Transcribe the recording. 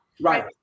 right